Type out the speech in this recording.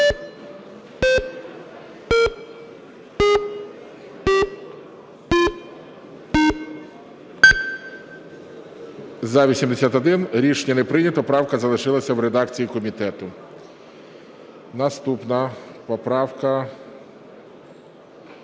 За-81 Рішення не прийнято. Правка залишилася в редакції комітету. Наступна поправка